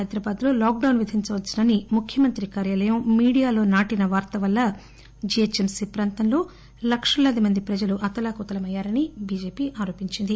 హైదరాబాద్లో లాక్డౌన్ విధించవచ్చునని ముఖ్యమంత్రి కార్యాలయం మీడియాలో నాటిన వార్త వల్ల జీహెచ్ఎంసీ ప్రాంతాల్లో లక్షలాది మంది ప్రజలు అతలాకుతల మయ్యారని బిజెపి ఆరోపించింది